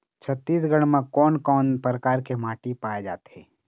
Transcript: छत्तीसगढ़ म कोन कौन प्रकार के माटी पाए जाथे?